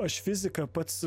aš fiziką pats